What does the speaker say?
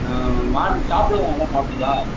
மாடு சாப்பாடு நல்லா சாப்புடுதா